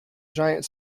giant